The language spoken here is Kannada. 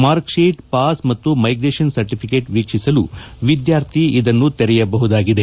ಮಾರ್ಕ್ಷೀಟ್ ಪಾಸ್ ಮತ್ತು ಮೈಗ್ರೇಷನ್ ಸರ್ಟಿಫಿಕೇಟ್ ವೀಕ್ಷಿಸಲು ವಿದ್ಯಾರ್ಥಿ ಇದನ್ನು ತೆರೆಯಬಹುದಾಗಿದೆ